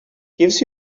gives